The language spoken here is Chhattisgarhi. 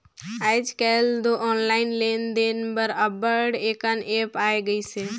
आएज काएल दो ऑनलाईन लेन देन बर अब्बड़ अकन ऐप आए गइस अहे